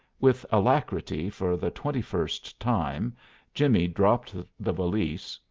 with alacrity for the twenty-first time jimmie dropped the valise,